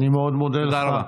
אני מאוד מודה לך.